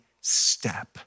step